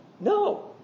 no